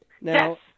Now